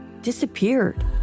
disappeared